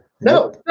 No